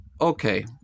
okay